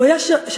הוא היה שכיח,